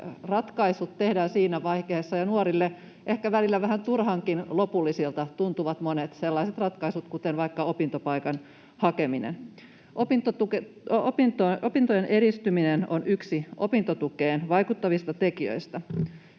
ratkaisut tehdään siinä vaiheessa, ja nuorille ehkä välillä vähän turhankin lopullisilta tuntuvat monet sellaiset ratkaisut, kuten vaikka opintopaikan hakeminen. Opintojen edistyminen on yksi opintotukeen vaikuttavista tekijöistä.